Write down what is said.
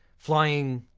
flying